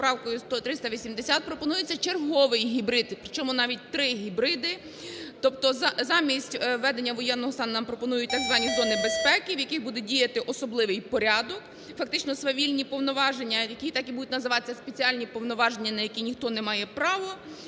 поправкою 380, пропонується черговий гібрид, при чому навіть три гібриди, тобто замість введення воєнного стану нам пропонують так звані зони безпеки, в яких будуть діяти особливий порядок. Фактично свавільні повноваження, які так і будуть називатися спеціальні повноваження на які ніхто не має право.